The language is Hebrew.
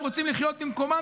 הם רוצים לחיות במקומה,